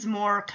more